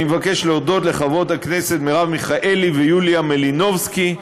אני מבקש להודות לחברות הכנסת מרב מיכאלי ויוליה מלינובסקי,